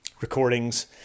recordings